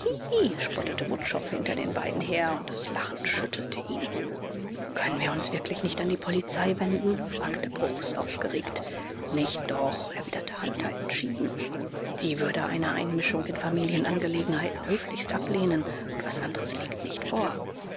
wutschow hinter den beiden her und das lachen schüttelte ihn können wir uns wirklich nicht an die polizei wenden fragte bruchs aufgeregt nicht doch erwiderte hunter entschieden die würde eine einmischung in familienangelegenheiten höflichst ablehnen und etwas anderes liegt nicht vor